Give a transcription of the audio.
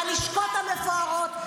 בלשכות המפוארות,